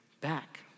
back